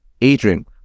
Adrian